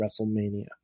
WrestleMania